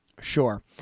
Sure